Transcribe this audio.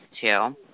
two